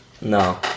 no